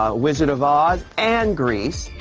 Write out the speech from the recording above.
ah wizard of oz, and grease.